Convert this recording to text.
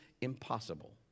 impossible